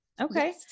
Okay